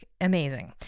amazing